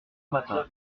matin